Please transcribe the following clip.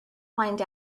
find